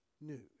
news